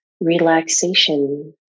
relaxation